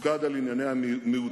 מופקד על ענייני המיעוטים.